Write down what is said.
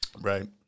right